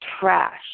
trash